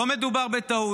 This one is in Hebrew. לא מדובר בטעות,